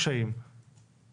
לא רק לעניין הקשיים בהנפקת מסמכים.